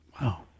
Wow